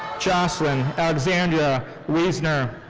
jocelyn alexandria wisner.